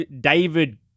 David